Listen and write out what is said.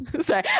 Sorry